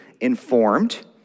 informed